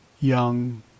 young